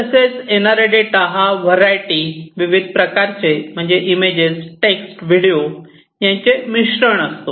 तसेच येणारा डेटा हा व्हरायटी विविध प्रकारचे म्हणजे इमेज टेक्स्ट व्हिडिओ यांचे मिश्रण असतो